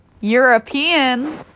European